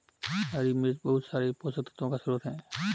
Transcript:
हरी मिर्च बहुत सारे पोषक तत्वों का स्रोत है